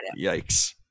yikes